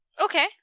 Okay